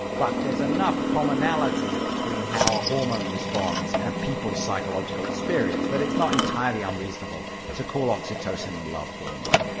but there's enough commonality between how a hormone responds and people's psychological experience that it's not entirely unreasonable to call oxytocin the love hormone.